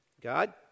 God